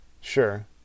Sure